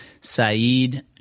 Saeed